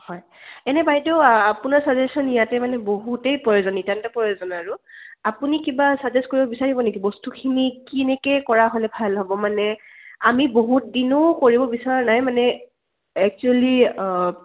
হয় এনেই বাইদেউ আপোনাৰ চাজেশ্যন ইয়াতে মানে বহুতেই প্ৰয়োজন নিতান্তই প্ৰয়োজন আৰু আপুনি কিবা ছাজেষ্ট কৰিব বিচাৰিব নেকি বস্তুখিনি কেনেকৈ কৰা হ'লে ভাল হ'ব মানে আমি বহুত দিনো কৰিব বিচৰা নাই মানে একচুৱেলি অঁ